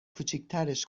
کوچیکترش